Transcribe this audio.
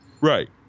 Right